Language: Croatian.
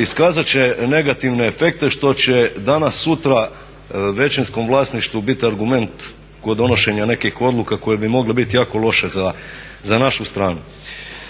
iskazat će negativne efekte što će danas sutra većinskom vlasništvu bit argument kod donošenja nekih odluka koje bi mogle biti jako loše za našu stranu.